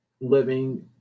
living